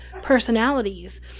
personalities